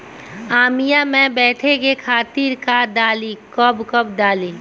आमिया मैं बढ़े के खातिर का डाली कब कब डाली?